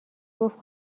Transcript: گفت